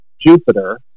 Jupiter